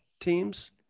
teams